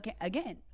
Again